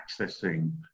accessing